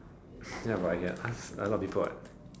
ya but I can ask a lot of people what